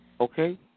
Okay